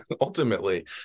ultimately